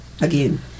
Again